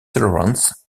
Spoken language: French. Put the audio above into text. lawrence